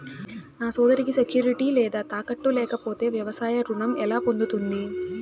నా సోదరికి సెక్యూరిటీ లేదా తాకట్టు లేకపోతే వ్యవసాయ రుణం ఎలా పొందుతుంది?